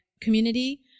community